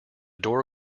door